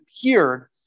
appeared